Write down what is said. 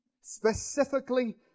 Specifically